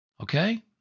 Okay